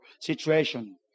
situation